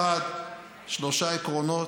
1. שלושה עקרונות.